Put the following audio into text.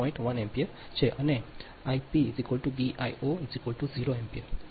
1 ° ampere છે અને આઇપો બી આઈઓ 0 એમ્પીયર